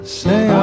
say